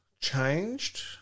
changed